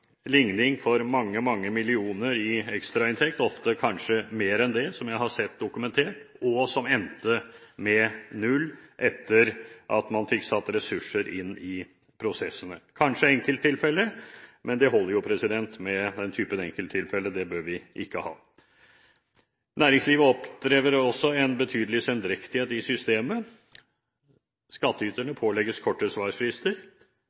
ligning for mange millioner i ekstrainntekt, ofte kanskje mer enn det, som endte med null etter at man fikk satt ressurser inn i prosessene – kanskje enkelttilfeller, men det holder jo med den typen enkelttilfeller. Det bør vi ikke ha. Næringslivet opplever også en betydelig sendrektighet i systemet. Skattyterne pålegges korte svarfrister